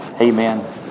amen